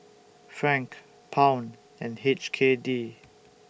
Franc Pound and H K D